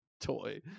toy